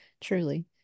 truly